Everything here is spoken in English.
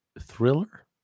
thriller